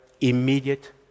immediate